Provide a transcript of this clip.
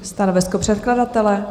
Stanovisko předkladatele?